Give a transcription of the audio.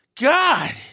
God